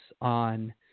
on